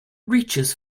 reaches